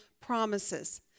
promises